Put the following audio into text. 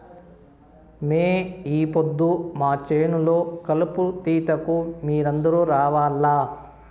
మే ఈ పొద్దు మా చేను లో కలుపు తీతకు మీరందరూ రావాల్లా